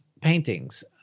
paintings